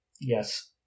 Yes